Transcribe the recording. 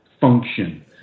function